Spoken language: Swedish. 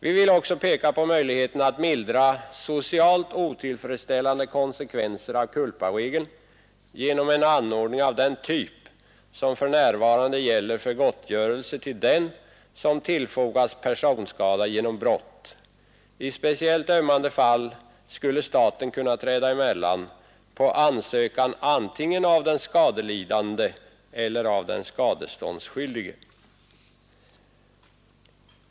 Vi vill också peka på möjligheten att mildra socialt otillfredsställande konsekvenser av culparegeln genom en anordning av den typ som för närvarande gäller för gottgörelse till den som tillfogats personskada genom brott. I speciellt ömmande fall skulle staten kunna träda emellan, på ansökan antingen av den skadelidande eller av den skadeståndsskyldige.